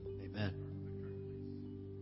Amen